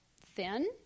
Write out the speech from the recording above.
thin